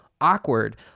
awkward